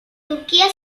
turquía